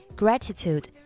gratitude